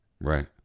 Right